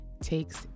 takes